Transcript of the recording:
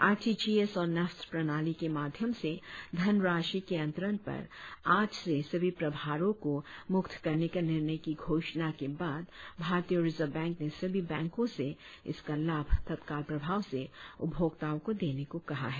RTGS और NEFT प्रणाली के माध्यम से धनराशि के अंतरण पर आज से सभी प्रभारों को मुक्त करने के निर्णय की घोषणा के बाद भारतीय रिजर्व बैंक ने सभी बैंकों से इसका लाभ तत्काल प्रभाव से उपभोक्ताओं को देने को कहा है